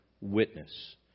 witness